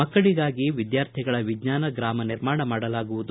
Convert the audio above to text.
ಮಕ್ಕಳಿಗಾಗಿ ವಿದ್ಯಾರ್ಥಿಗಳ ವಿಜ್ಞಾನ ಗ್ರಾಮ ನಿರ್ಮಾಣ ಮಾಡಲಾಗುವುದು